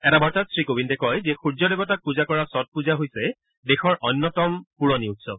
এটা বাৰ্তাত শ্ৰী কোৱিন্দে কয় যে সূৰ্য দেৱতাক পূজা কৰা ছথ পূজা হৈছে দেশৰ অন্যতম পুৰণি উৎসৱ